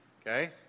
okay